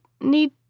need